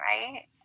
right